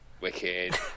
Wicked